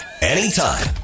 anytime